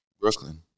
Brooklyn